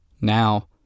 Now